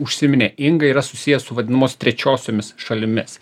užsiminė inga yra susijęs su vadinamos trečiosiomis šalimis